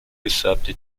gefärbte